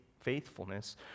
faithfulness